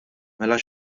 mela